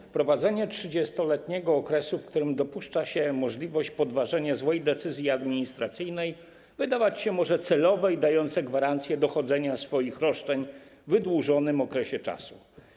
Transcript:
Wprowadzenie 30-letniego okresu, w którym dopuszcza się możliwość podważenia złej decyzji administracyjnej, może wydawać się celowe i dające gwarancję dochodzenia swoich roszczeń w wydłużonym czasie.